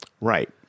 Right